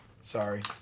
Sorry